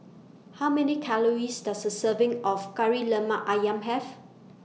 How Many Calories Does A Serving of Kari Lemak Ayam Have